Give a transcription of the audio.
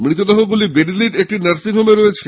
মৃতদেহগুলি বেরিলির একটি নার্সিং হোমে রয়েছে